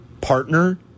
partner